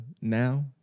now